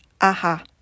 Aha